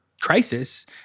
crisis